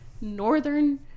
Northern